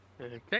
Okay